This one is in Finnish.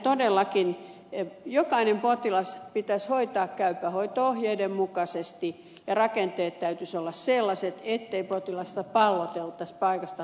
todellakin jokainen potilas pitäisi hoitaa käypä hoito ohjeiden mukaisesti ja rakenteiden täytyisi olla sellaiset ettei potilasta palloteltaisi paikasta toiseen